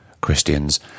Christian's